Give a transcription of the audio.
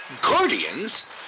Guardians